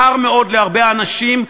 קר מאוד להרבה אנשים,